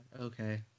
Okay